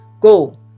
Go